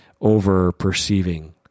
over-perceiving